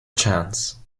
chance